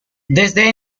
desde